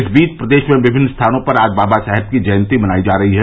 इस बीच प्रदेश में विभिन्न स्थानों पर आज बाबा साहेब की जयंती मनायी जा रही है